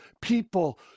people